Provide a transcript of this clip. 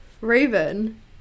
raven